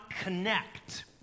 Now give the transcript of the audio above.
connect